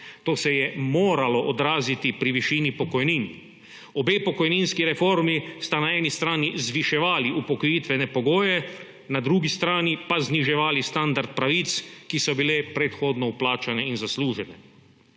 To se je moralo odraziti pri višini pokojnin. Obe pokojninski reformi sta na eni strani zviševali upokojitvene pogoje, na drugi strani pa zniževali standard pravic, ki so bile predhodno vplačane in zaslužene.